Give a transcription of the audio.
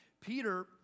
Peter